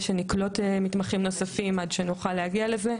שנקלוט מתמחים נוספים עד שנוכל להגיע לזה.